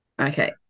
Okay